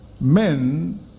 Men